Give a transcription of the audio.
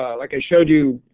i like ah showed you,